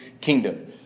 kingdom